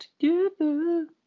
together